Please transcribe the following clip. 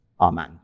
amen